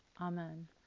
Amen